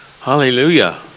Hallelujah